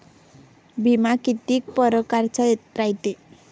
बिमा कितीक परकारचा रायते?